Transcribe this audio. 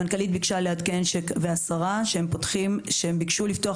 המנכ"לית והשרה ביקשו לעדכן שהן ביקשו לפתוח